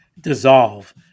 dissolve